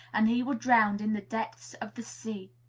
and he were drowned in the depths of the sea!